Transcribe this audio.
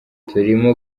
turimo